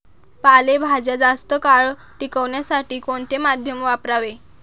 पालेभाज्या जास्त काळ टिकवण्यासाठी कोणते माध्यम वापरावे?